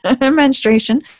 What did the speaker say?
Menstruation